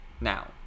now